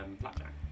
blackjack